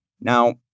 Now